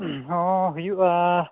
ᱦᱚᱸ ᱦᱩᱭᱩᱜᱼᱟ